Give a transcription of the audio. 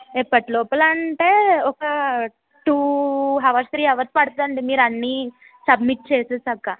ఎప్పటి లోపలా అంటే ఒక టూ అవర్స్ త్రీ అవర్స్ పడుతుందండి మీరు అన్నీ సబ్మిట్ చేసేసాక